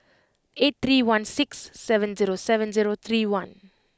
eight three one six seven zero seven zero three one